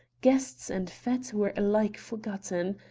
guests and fete were alike forgotten.